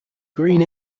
green